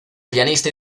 pianista